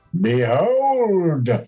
Behold